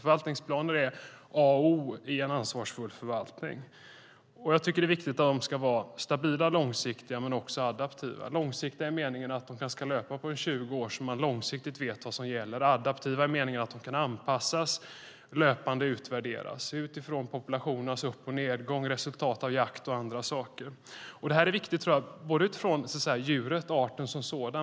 Förvaltningsplaner är A och O i en ansvarsfull förvaltning. Det är viktigt att de är stabila och långsiktiga men också adaptiva. De ska vara långsiktiga i meningen att de kanske ska löpa under 20 så att man långsiktigt ska veta vad som gäller. De ska vara adaptiva i meningen att de kan anpassas och löpande utvärderas utifrån populationernas upp och nedgång och resultat av jakt och andra saker. Jag tror att detta är viktigt utifrån djuret och arten som sådan.